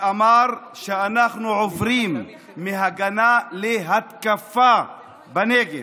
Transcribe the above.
ואמר שאנחנו עוברים מהגנה להתקפה בנגב.